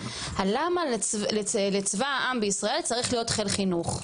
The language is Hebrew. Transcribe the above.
על למה לצבא העם בישראל צריך להיות חיל חינוך?